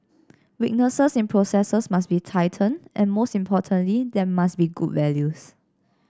weaknesses in processes must be tightened and most importantly there must be good values